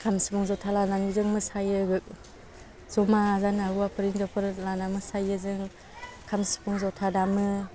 खाम सिफुं ज'था लानानै जों मोसायो जमा जाना हौवाफोर हिन्जावफोर लाना मोसायो जों खाम सिफुं ज'था दामो